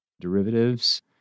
derivatives